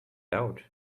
out